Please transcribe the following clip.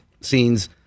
scenes